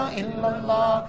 illallah